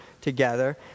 together